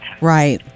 Right